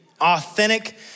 Authentic